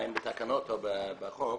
השר רשאי לקבוע תקנות בדברים האלה ו התקנות האלה,